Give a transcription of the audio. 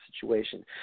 situation